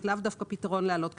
זה לאו דווקא פתרון להעלות קנסות.